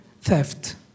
theft